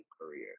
career